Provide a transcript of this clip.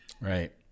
right